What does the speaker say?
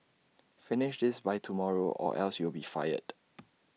finish this by tomorrow or else you'll be fired